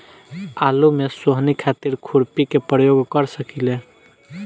आलू में सोहनी खातिर खुरपी के प्रयोग कर सकीले?